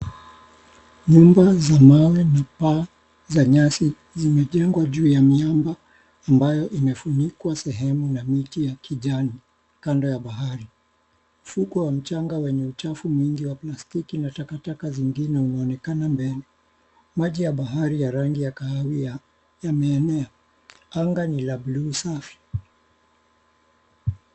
Nyumba za mawe na paa za nyasi zimejengwa juu ya miamba ambayo imefunikwa sehemu na miti ya kijani kando ya bahari. Ufukwe wa mchanga wenye uchafu mwingi wa plastiki na takataka zingine unaonekana mbele. Maji ya bahari ya rangi ya kahawia yameenea. Anga ni la buluu safi.